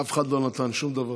אף אחד לא נתן שום דבר.